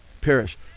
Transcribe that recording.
Perish